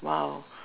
!wow!